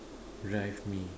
drive me